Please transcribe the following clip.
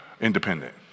independent